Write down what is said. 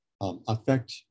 affect